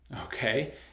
Okay